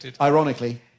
ironically